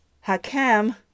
Hakem